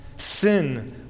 Sin